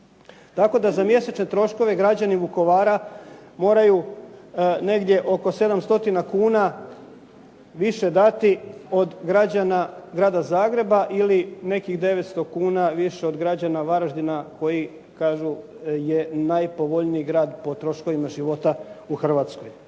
Tako da za mjesečne troškove građani Vukovara moraju negdje oko 7 stotina kuna više dati od građana grada Zagreba ili nekih 900 kuna više od građana Varaždina koji kažu je najpovoljniji grad po troškovima života u Hrvatskoj.